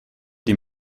die